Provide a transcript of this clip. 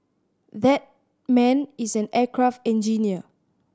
that man is an aircraft engineer